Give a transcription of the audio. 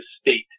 state